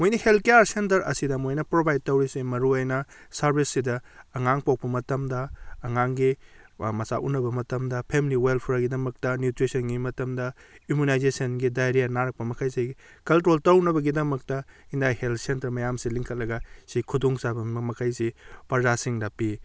ꯃꯣꯏꯅ health care centre ꯑꯁꯤꯗ ꯃꯣꯏꯅ ꯄ꯭ꯔꯣꯕꯥꯏꯗ ꯇꯧꯔꯤꯁꯦ ꯃꯔꯨ ꯑꯣꯏꯅ ꯁꯥꯔꯕꯤꯁꯁꯤꯗ ꯑꯉꯥꯡ ꯄꯣꯛꯄ ꯃꯇꯝꯗ ꯑꯉꯥꯡꯒꯤ ꯃꯆꯥ ꯎꯅꯕ ꯃꯇꯝꯗ ꯐꯦꯃꯤꯂꯤ ꯋꯦꯜꯐꯤꯌꯔ ꯒꯤꯗꯃꯛꯇ ꯅ꯭ꯌꯨꯇ꯭ꯔꯤꯁꯟꯒꯤ ꯃꯇꯝꯗ ꯏꯝꯃ꯭ꯌꯨꯅꯥꯏꯖꯦꯁꯟꯒꯤ ꯗꯥꯏꯔꯤꯌꯥ ꯅꯥꯔꯛꯄ ꯃꯈꯩꯁꯤ ꯀꯟꯇ꯭ꯔꯣꯜ ꯇꯧꯅꯕꯒꯤꯗꯃꯛꯇ ꯍꯦꯜꯊ ꯁꯦꯟꯇꯔ ꯃꯌꯥꯝꯁꯤ ꯂꯤꯡꯈꯠꯂꯒ ꯁꯤ ꯈꯨꯗꯣꯡ ꯆꯥꯕ ꯃꯈꯩꯁꯤ ꯄ꯭ꯔꯖꯥꯁꯤꯡꯗ ꯄꯤ